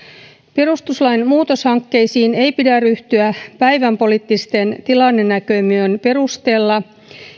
perustuslain muutoshankkeisiin ei pidä ryhtyä päivänpoliittisten tilannenäkymien perusteella